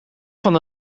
van